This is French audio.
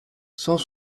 cent